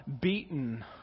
beaten